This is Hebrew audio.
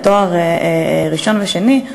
לתואר ראשון ושני,